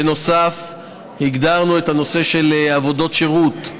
בנוסף, הגדרנו את הנושא של עבודות שירות.